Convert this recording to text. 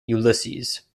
ulysses